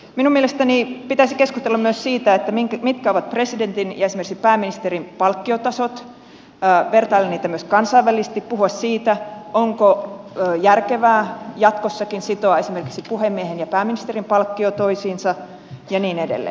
minun mielestäni pitäisi keskustella myös siitä mitkä ovat presidentin ja esimerkiksi pääministerin palkkiotasot vertailla niitä myös kansainvälisesti puhua siitä onko järkevää jatkossakin sitoa esimerkiksi puhemiehen ja pääministerin palkkio toisiinsa ja niin edelleen